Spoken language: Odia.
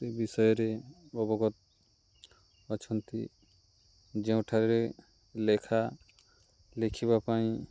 ବିଷୟରେ ଅବଗତ ଅଛନ୍ତି ଯେଉଁଠାରେ ଲେଖା ଲେଖିବା ପାଇଁ